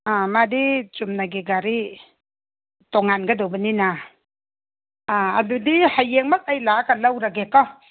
ꯑ ꯃꯥꯗꯤ ꯆꯨꯝꯅꯒꯤ ꯒꯥꯔꯤ ꯇꯣꯉꯥꯟꯒꯗꯧꯕꯅꯤꯅ ꯑꯥ ꯑꯗꯨꯗꯤ ꯍꯌꯦꯡꯃꯛ ꯑꯩ ꯂꯥꯛꯑꯒ ꯂꯧꯔꯒꯦꯀꯣ